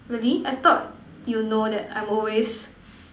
really I thought you know that I'm always